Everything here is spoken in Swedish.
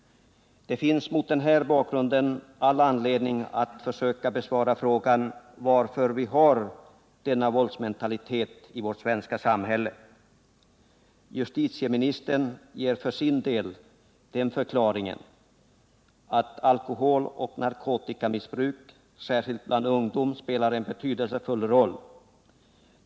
Det finns mot den här bakgrunden all anledning att försöka besvara frågan varför vi har denna våldsmentalitet i vårt samhälle. Justitieministern ger för sin del den förklaringen att alkoholoch narkotikamissbruk, särskilt bland ungdom, spelar en betydelsefull roll.